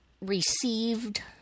received